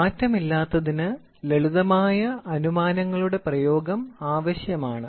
മാറ്റമില്ലാത്തതിന് ലളിതമായ അനുമാനങ്ങളുടെ പ്രയോഗം ആവശ്യമാണ്